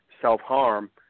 self-harm